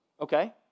okay